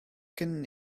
cyn